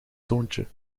zoontje